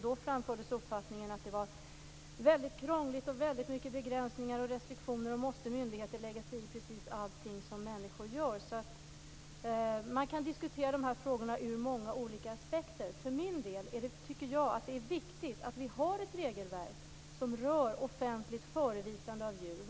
Då framfördes uppfattningen att det var väldigt krångligt, mycket begränsningar och restriktioner; och måste myndigheter lägga sig i precis allt vad människor gör? Man kan alltså diskutera de här frågorna ur många olika aspekter. Jag tycker att det är viktigt att vi har ett regelverk som rör offentligt förevisande av djur.